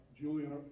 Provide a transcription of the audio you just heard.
Julian